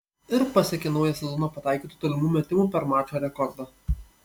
ir pasiekė naują sezono pataikytų tolimų metimų per mačą rekordą